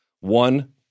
One